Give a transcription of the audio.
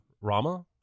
rama